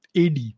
AD